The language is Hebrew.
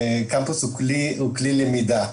קמפוס הוא כלי למידה.